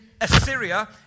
Assyria